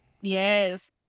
Yes